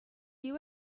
you